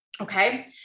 okay